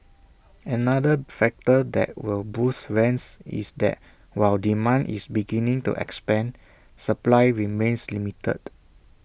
another factor that will boost rents is that while demand is beginning to expand supply remains limited